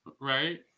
right